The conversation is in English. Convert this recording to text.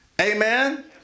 Amen